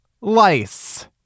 lice